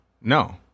No